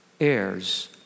heirs